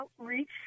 outreach